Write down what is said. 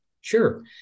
Sure